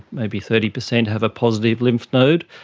maybe thirty percent have a positive lymph node,